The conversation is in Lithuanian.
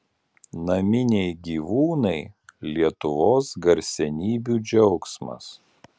naminiai gyvūnai lietuvos garsenybių džiaugsmas